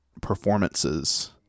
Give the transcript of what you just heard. performances